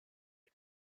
une